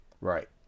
right